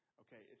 Okay